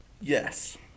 Yes